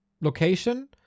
location